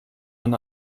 ein